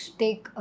take